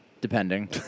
Depending